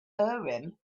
urim